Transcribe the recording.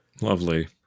Lovely